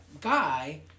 guy